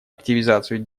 активизацию